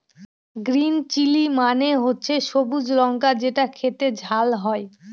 green chilli মানে হচ্ছে সবুজ লঙ্কা যেটা খেতে ঝাল হয়